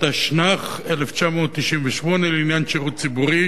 התשנ"ח 1998, לעניין שירות ציבורי.